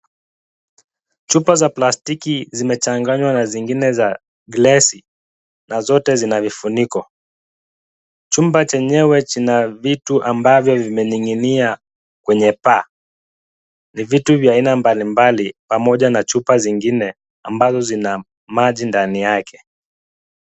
Chupa za plastiki zimechanganywa na zingine za glasi na zote zina vifuniko. Chumba chenyewe kina vitu ambavyo vimening'inia kwenye paa. Ni vitu vya aina mbalimbali pamoja na chupa zingine ambazo zina maji ndani yake.